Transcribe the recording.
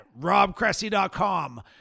robcressy.com